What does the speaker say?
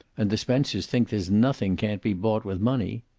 and the spencers think there's nothing can't be bought with money.